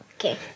Okay